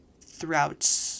throughout